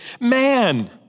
man